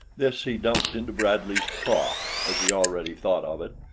this he dumped into bradley's trough, as he already thought of it.